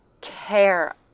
care